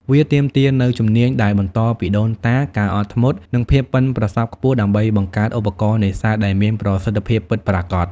វាទាមទារនូវជំនាញដែលបន្តពីដូនតា ការអត់ធ្មត់ និងភាពប៉ិនប្រសប់ខ្ពស់ដើម្បីបង្កើតឧបករណ៍នេសាទដែលមានប្រសិទ្ធភាពពិតប្រាកដ។